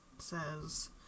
says